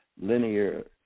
linear